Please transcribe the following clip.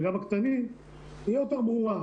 וגם הקטנים תהיה יותר ברורה.